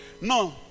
No